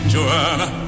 Joanna